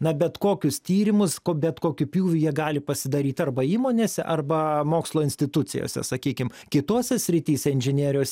na bet kokius tyrimus ko bet kokiu pjūviu jie gali pasidaryt arba įmonėse arba mokslo institucijose sakykim kitose srityse inžinerijos